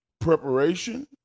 preparation